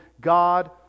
God